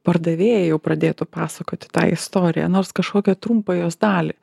pardavėja jau pradėtų pasakoti tą istoriją nors kažkokią trumpą jos dalį